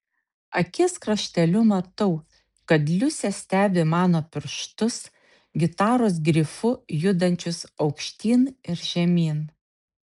akies krašteliu matau kad liusė stebi mano pirštus gitaros grifu judančius aukštyn ir žemyn